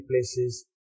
places